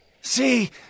See